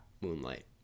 Moonlight